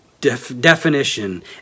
definition